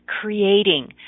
creating